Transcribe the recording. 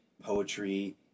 poetry